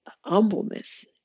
humbleness